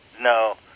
No